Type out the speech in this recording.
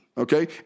Okay